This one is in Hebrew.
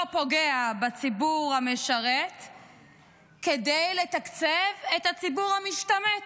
פוגע בציבור המשרת כדי לתקצב את הציבור המשתמט.